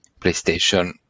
PlayStation